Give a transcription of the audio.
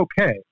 okay